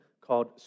called